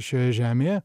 šioje žemėje